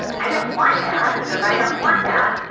i don't want that. so if i don't want that,